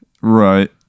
Right